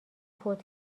فوت